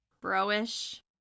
bro-ish